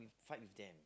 fight with them